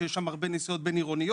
שיש שם הרבה נסיעות בין-עירוניות,